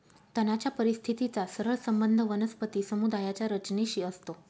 तणाच्या परिस्थितीचा सरळ संबंध वनस्पती समुदायाच्या रचनेशी असतो